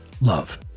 Love